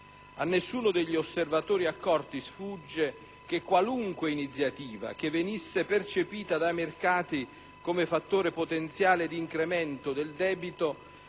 A nessuno degli osservatori accorti sfugge che qualunque iniziativa che venisse percepita dai mercati come fattore potenziale di incremento del debito,